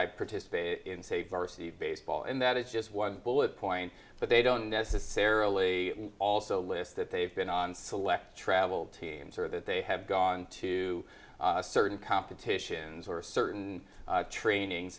i participated in say varsity baseball and that is just one bullet point but they don't necessarily also list that they've been on select travel teams or that they have gone to certain competitions or certain training